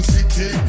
City